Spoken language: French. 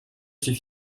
suis